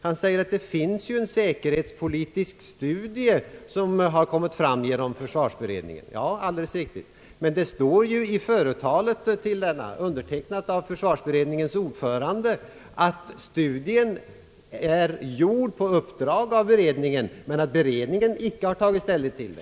Han framhöll att det finns en säkerhetspolitisk studie, som framlagts av försvarsutredningen. Ja, det är alldeles riktigt. Men det står i företalet till denna, undertecknat av försvarsutredningens ordförande, att studien är gjord på uppdrag av utredningen, men att utredningen icke tagit ställning till den.